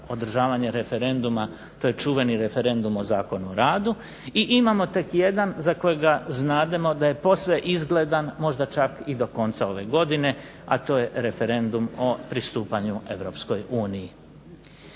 održavanje referenduma, to je čuveni referendum o Zakonu o radu, i imamo tek jedan za kojega znademo da je posve izgledan, možda čak i do konca ove godine, a to je referendum o pristupanju Europskoj uniji.